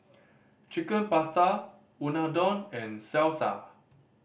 Chicken Pasta Unadon and Salsa